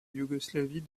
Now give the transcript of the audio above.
yougoslavie